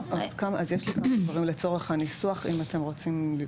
יש לי כמה דברים לצורך הניסוח אם אתם רוצים.